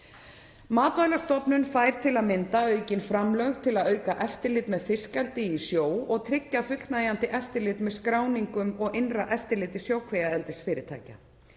Matvælastofnun fær til að mynda aukin framlög til að auka eftirlit með fiskeldi í sjó og tryggja fullnægjandi eftirlit með skráningum og innra eftirlit sjókvíaeldis fyrirtækja.